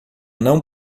não